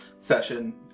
session